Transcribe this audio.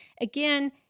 Again